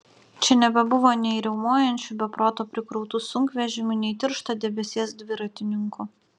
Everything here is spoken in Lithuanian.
čia nebebuvo nei riaumojančių be proto prikrautų sunkvežimių nei tiršto debesies dviratininkų